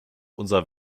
unser